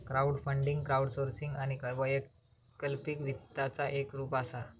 crowdfunding crowdsourcing आणि वैकल्पिक वित्ताचा एक रूप असा